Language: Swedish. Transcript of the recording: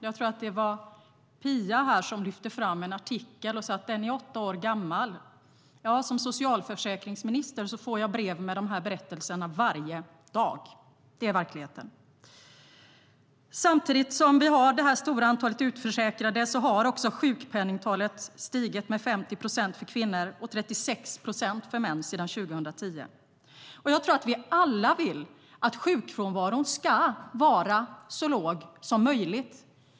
Jag tror att det var Phia här som lyfte fram en artikel och sa att den var åtta år gammal. Som socialförsäkringsminister får jag brev med de berättelserna varje dag - det är verkligheten. Samtidigt som vi har detta stora antal utförsäkrade har sjukpenningtalet stigit med 50 procent för kvinnor och 36 procent för män sedan 2010. Jag tror att vi alla vill att sjukfrånvaron ska vara så låg som möjligt.